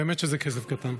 באמת שזה כסף קטן.